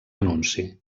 anunci